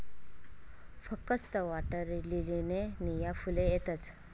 फकस्त वॉटरलीलीलेच नीया फुले येतस